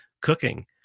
cooking